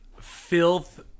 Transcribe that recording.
filth